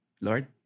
Lord